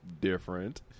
different